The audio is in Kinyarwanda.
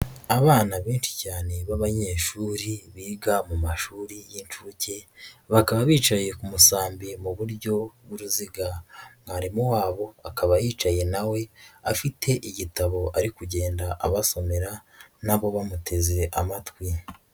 Abana benshi cyane b'abanyeshuri, biga mu mashuri y'incuke, bakaba bicaye ku musambi mu buryo bw'uruziga. Mwarimu wabo akaba yicaye nawe, afite igitabo ari kugenda abasomera, nabo bamuteze amatwi.